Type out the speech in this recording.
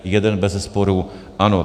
Jeden bezesporu ano.